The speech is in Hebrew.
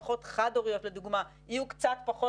משפחות חד-הוריות לדוגמה יהיו קצת פחות,